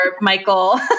michael